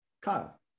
Kyle